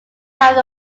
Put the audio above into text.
have